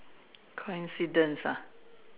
coincidence ah